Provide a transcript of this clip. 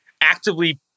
actively